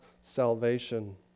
salvation